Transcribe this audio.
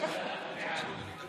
זה